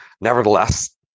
Nevertheless